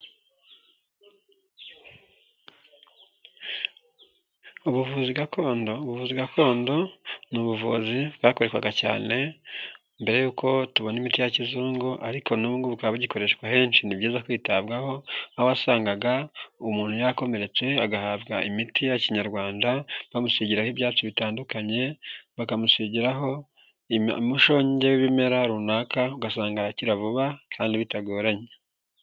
Ubuvuzi gakondo, ubuvuzi gakondo ni ubuvuzi bwakoreshwaga cyane mbere y'uko tubona imiti ya kizungu, ariko n'ubu bukaba bugikoreshwa henshi, ni byiza kwitabwaho, aho wasangaga umuntu yakomeretse, agahabwa imiti ya kinyarwanda, bamusigiraho ibyatsi bitandukanye, bakamusigiraho umushonge w'ibimera runaka, ugasanga arakira vuba kandi bitagoranye.